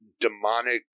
demonic